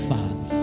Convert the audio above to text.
Father